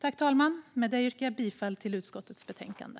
Fru talman! Jag yrkar bifall till förslaget i utskottets betänkande.